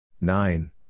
Nine